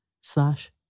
slash